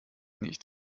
nicht